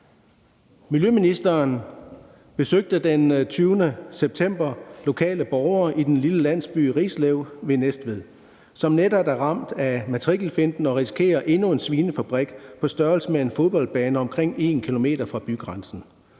Miljøministeren besøgte den 20. september lokale borgere i den lille landsby Rislev ved Næstved, som netop er ramt af matrikelfinten og risikerer at få endnu en svinefabrik på størrelse med en fodboldbane omkring 1 km fra bygrænsen.